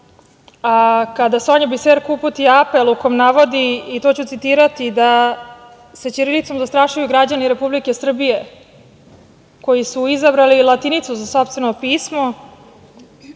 a kada Sonja Biserko uputi apel u kom navodi, i to ću citirati, da se ćirilicom zastrašuju građani Republike Srbije koji su izabrali latinicu za sopstveno pismo,